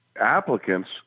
applicants